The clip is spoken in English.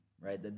right